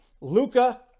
Luca